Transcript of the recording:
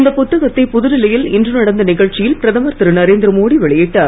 இந்த புத்தகத்தை புதுடெல்லியில் இன்று நடந்த நிகழ்ச்சியில் பிரதமர் திரு நரேந்திர மோடி வெளியிட்டார்